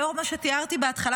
לאור מה שתיארתי בהתחלה,